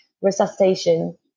resuscitation